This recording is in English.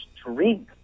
strength